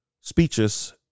speeches